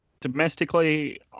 domestically